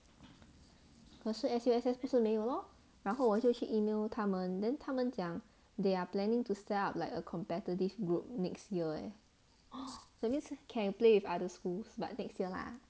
可是 S_U_S_S 不是没有 lor 然后我就去 email 他们 then 他们讲 they are planning to set up like a competitive group next year eh that means you can play with other schools but next year lah